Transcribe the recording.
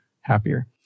happier